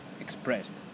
expressed